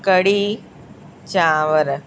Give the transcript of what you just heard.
कढ़ी चांवरु